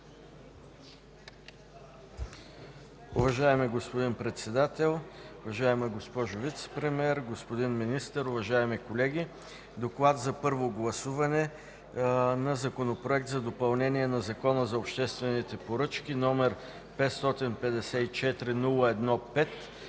Уважаеми господин Председател, уважаема госпожо Вицепремиер, господин Министър, уважаеми колеги! „ДОКЛАД за първо гласуване относно Законопроект за допълнение на Закона за обществените поръчки, № 554-01-5,